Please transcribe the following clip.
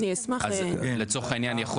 אז לצורך העניין,